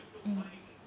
mm